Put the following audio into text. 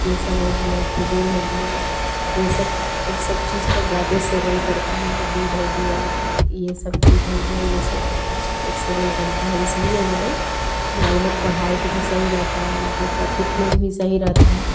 ये सब हो गया खजूर हो गया ये सब ये सब चीज़ की ज़्यादा सेवन करते हैं दूध हो गया ये सब चीज़ हो गया ये सब अच्छा से सेवन करते हैं इसलिए वे लोग या उ लोग को हाइट भी सही रहती है उ लोग की फिटनेस भी सही रहती है